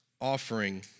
offering